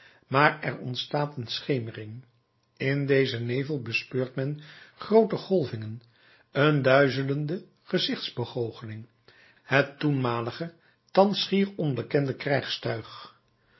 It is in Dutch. maar er ontstaat een schemering in dezen nevel bespeurt men groote golvingen een duizelende gezichtsbegoocheling het toenmalige thans schier onbekende